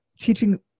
teaching